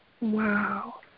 Wow